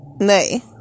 Nay